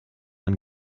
man